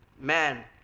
man